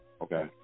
Okay